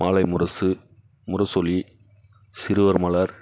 Malaimurasu Murasoli Siruvar Malar